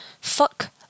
Fuck